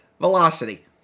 Velocity